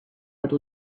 would